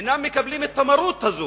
אינם מקבלים את המרות הזאת.